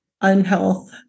unhealth